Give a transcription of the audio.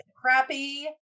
crappy